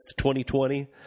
2020